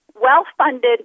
well-funded